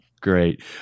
Great